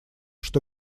что